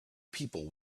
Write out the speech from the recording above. people